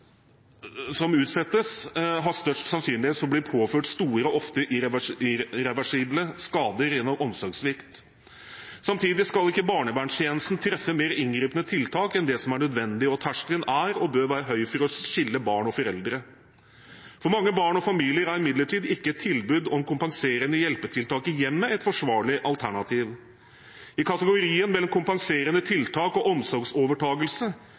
som utsettes for det, har størst sannsynlighet for å bli påført store, ofte irreversible, skader gjennom omsorgssvikt. Samtidig skal ikke barnevernstjenesten treffe mer inngripende tiltak enn det som er nødvendig, og terskelen er og bør være høy for å skille barn og foreldre. For mange barn og familier er imidlertid ikke et tilbud om kompenserende hjelpetiltak i hjemmet et forsvarlig alternativ. I kategorien mellom kompenserende tiltak og omsorgsovertagelse